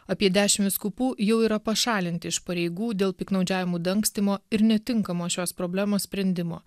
apie dešim vyskupų jau yra pašalinti iš pareigų dėl piktnaudžiavimų dangstymo ir netinkamo šios problemos sprendimo